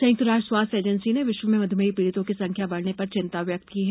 संयुक्त राष्ट्र स्वास्थ्य एजेंसी ने विश्व में मध्मेह पीड़ितों की संख्या बढ़ने पर चिंता व्यक्त की है